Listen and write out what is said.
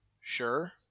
sure